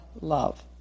love